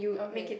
okay